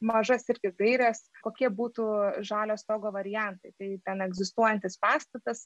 mažas ir gaires kokie būtų žalio stogo variantai tai egzistuojantis pastatas